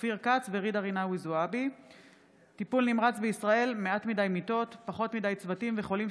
אופיר כץ וג'ידא רינאוי זועבי בנושא: מרותקי בית לא מקבלים חיסון